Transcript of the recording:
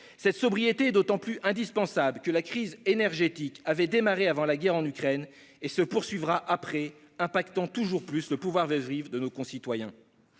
Cette sobriété est d'autant plus indispensable que la crise énergétique avait débuté avant la guerre en Ukraine et qu'elle se poursuivra après, affectant toujours davantage le pouvoir de vivre de nos concitoyens.